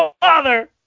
father